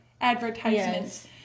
advertisements